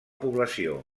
població